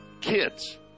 Kids